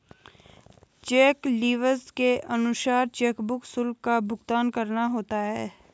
check leaves के अनुसार chequebook शुल्क का भुगतान करना होता है